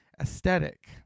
aesthetic